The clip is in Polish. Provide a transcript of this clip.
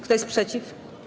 Kto jest przeciw?